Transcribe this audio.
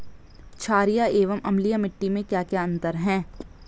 छारीय एवं अम्लीय मिट्टी में क्या क्या अंतर हैं?